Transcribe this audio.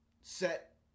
set